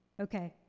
okay,